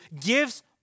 gives